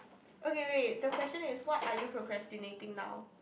okay wait the question is what are you procrastinating now